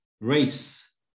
race